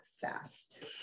fast